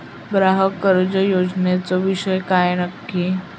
ग्राहक कर्ज योजनेचो विषय काय नक्की?